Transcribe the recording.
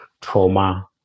trauma